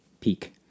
peak